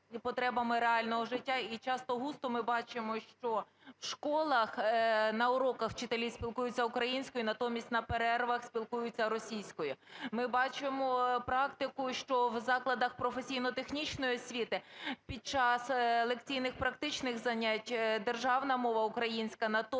потребами реального життя, і часто-густо ми бачимо, що в школах на уроках вчителі спілкуються українською, натомість на перервах спілкуються російською. Ми бачимо практику, що в закладах професійно-технічної освіти під час лекційних, практичних занять державна мова українська,